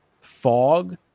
fog